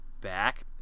back